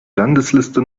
landesliste